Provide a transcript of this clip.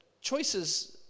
choices